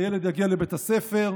הילד יגיע לבית הספר,